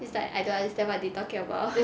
is like I don't understand what they talking about